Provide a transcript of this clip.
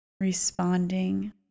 Responding